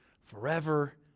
forever